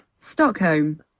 Stockholm